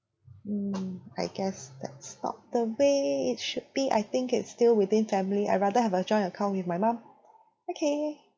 mm I guess that's not the way it should be I think it's still within family I rather have a joint account with my mum okay